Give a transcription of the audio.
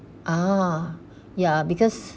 ah ya because